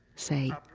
say,